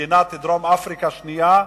מדינת דרום-אפריקה שנייה,